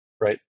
right